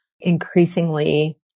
increasingly